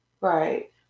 Right